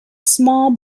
small